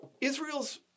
Israel's